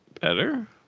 better